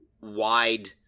wide